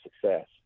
success